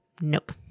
Nope